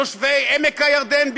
תושבי עמק הירדן,